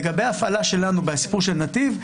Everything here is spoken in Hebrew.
לגבי ההפעלה שלנו בסיפור של נתיב,